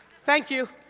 thank you.